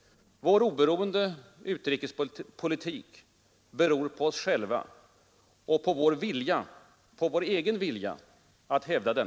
Vår oberoende utrikespolitik beror på oss själva och på vår egen vilja att hävda den.